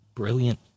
brilliant